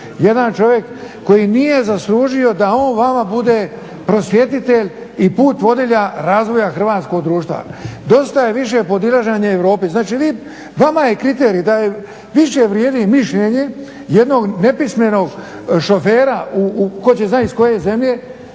jedan čovjek koji nije zaslužio da on vama bude prosvjetitelj i put vodilja razvoja hrvatskog društva. Dosta je više podilaženja Europi, znači vama je kriterij da više vrijedi mišljenje jednog nepismenog šofera tko će znati iz koje zemlje,